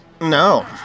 No